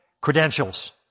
credentials